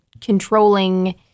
controlling